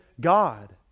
God